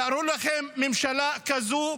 תארו לכם ממשלה כזו,